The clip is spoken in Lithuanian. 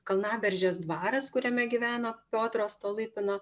kalnaberžės dvaras kuriame gyveno piotro stolypino